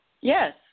Yes